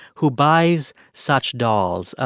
who buys such dolls.